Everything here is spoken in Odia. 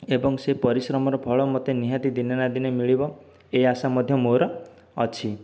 ଏବଂ ସେ ପରିଶ୍ରମର ଫଳ ମୋତେ ନିହାତି ଦିନେ ନା ଦିନେ ମିଳିବ ଏ ଆଶା ମଧ୍ୟ ମୋର ଅଛି